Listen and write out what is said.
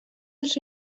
als